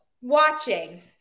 watching